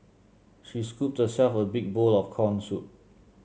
she scooped herself a big bowl of corn soup